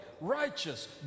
righteous